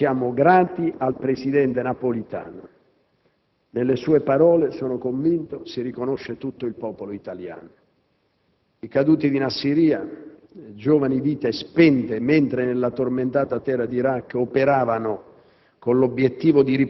Anche di questo siamo grati al presidente Napolitano; nelle sue parole, sono convinto, si riconosce tutto il popolo italiano. I caduti di Nasiriya, giovani vite spente mentre nella tormentata terra d'Iraq operavano